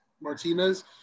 martinez